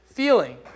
Feeling